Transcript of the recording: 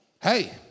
Hey